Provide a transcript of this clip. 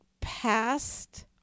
past